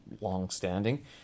long-standing